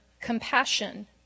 compassion